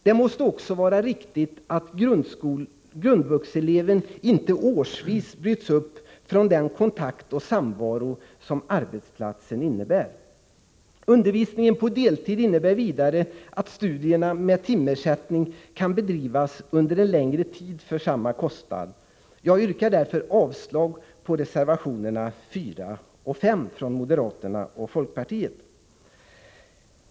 Det måste också vara riktigt att grundvuxeleven inte årsvis bryts upp från den kontakt och samvaro som vistelsen på arbetsplatsen medför. Undervisningen på deltid innebär vidare att studierna med timersättning kan bedrivas under en längre tid för samma kostnad. Jag yrkar därför avslag på reservationerna 4 och 5 från moderaterna och folkpartiet.